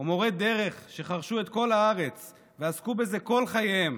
או מורי דרך שחרשו את כל הארץ ועסקו בזה כל חייהם,